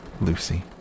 Lucy